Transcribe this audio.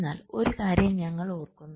എന്നാൽ ഒരു കാര്യം ഞങ്ങൾ ഓർക്കുന്നു